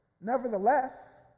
Nevertheless